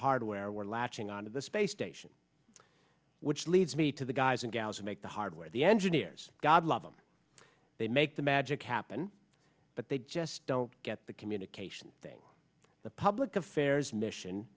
hardware we're latching on to the space station which leads me to the guys and gals who make the hardware the engineers god love them they make the magic happen but they just don't get the communication thing the public affairs mission